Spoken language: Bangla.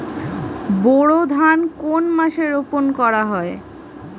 বোরো ধান কোন মাসে রোপণ করা হয়?